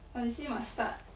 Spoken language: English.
but they say must start